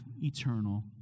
eternal